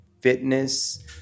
fitness